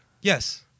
Yes